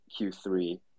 Q3